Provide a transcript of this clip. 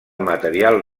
material